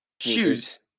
shoes